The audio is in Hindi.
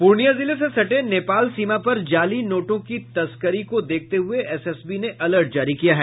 पूर्णिया जिले से सटे नेपाल सीमा पर जाली नोटों की तस्करी को देखते हुए एसएसबी ने अलर्ट जारी किया है